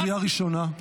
קריאה ראשונה.